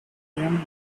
yuan